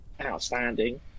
Outstanding